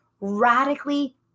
radically